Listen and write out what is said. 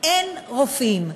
אין רופאים?